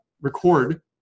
record